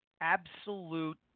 absolute